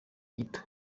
gito